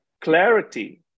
clarity